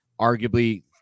arguably